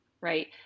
Right